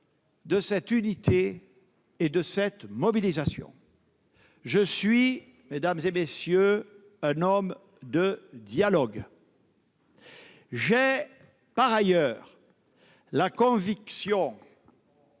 de cette unité et de cette mobilisation. Je suis, mesdames, messieurs, un homme de dialogue. On va voir ! J'ai par ailleurs la conviction